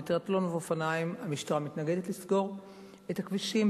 בטריאתלון ואופניים המשטרה מתנגדת לסגור את הכבישים.